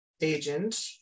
agent